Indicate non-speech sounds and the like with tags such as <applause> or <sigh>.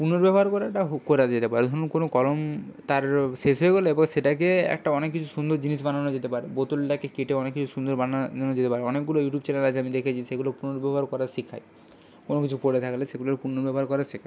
পুনর্ব্যবহার করাটা <unintelligible> করা যেতে পারে হুম কোনো কলম তার শেষ হয়ে গেলো এরপর সেটাকে একটা অনেক কিছু সুন্দর জিনিস বানানো যেতে পারে বোতলটাকে কেটে অনেক কিছু সুন্দর বানানো যেতে পারে অনেকগুলো ইউটিউব চ্যানেল আছে আমি দেখেছি সেগুলো পুনর্ব্যবহার করা শেখায় কোনো কিছু পড়ে থাকলে সেগুলোর পুনর্ব্যবহার করা শেখায়